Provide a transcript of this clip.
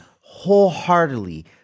wholeheartedly